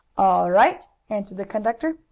right, answered the conductor.